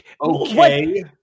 Okay